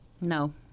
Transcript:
No